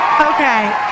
Okay